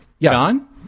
John